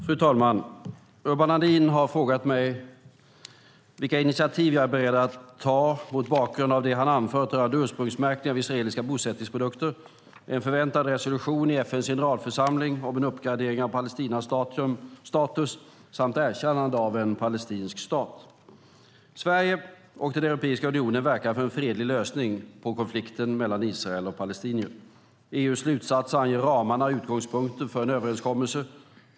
Fru talman! Urban Ahlin har frågat mig vilka initiativ jag är beredd att ta mot bakgrund av det han anfört rörande ursprungsmärkning av israeliska bosättningsprodukter, en förväntad resolution i FN:s generalförsamling om en uppgradering av Palestinas status samt erkännande av en palestinsk stat. Sverige och Europeiska unionen verkar för en fredlig lösning på konflikten mellan israeler och palestinier. EU:s slutsatser anger ramarna och utgångspunkterna för en överenskommelse.